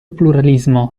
pluralismo